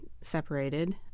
separated